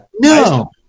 No